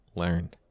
learned